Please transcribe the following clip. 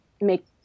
make